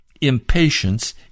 Impatience